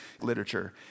literature